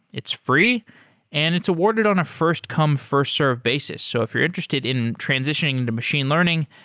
it's free and it's awarded on a first come, first served basis. so if you're interested in transitioning into machine learning,